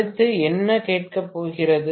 அடுத்து என்ன கேட்கப்படுகிறது